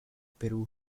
perú